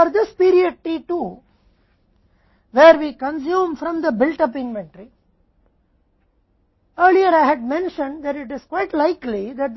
अब इस अवधि के लिए t 2 जहां हम निर्मित इन्वेंट्री से उपभोग करते हैं पहले मैंने वहां उल्लेख किया